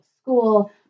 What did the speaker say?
school